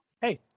Hey